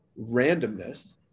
randomness